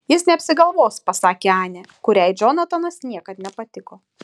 jis neapsigalvos pasakė anė kuriai džonatanas niekad nepatiko